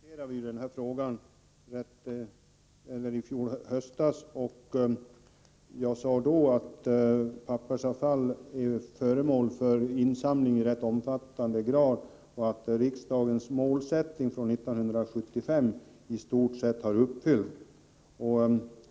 Herr talman! Insamlingen av pappersavfall diskuterade vi i höstas, och jag sade då att pappersavfall insamlas i rätt omfattande grad och att riksdagens målsättning från år 1975 i stort sett var uppfylld.